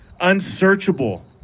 unsearchable